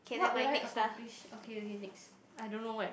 what would I accomplish okay okay next I don't know when